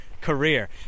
career